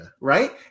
Right